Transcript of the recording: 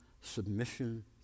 submission